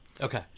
Okay